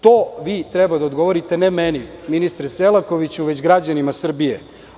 To vi treba da odgovorite, ne meni ministru Selakoviću, već građanima Srbije.